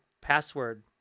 password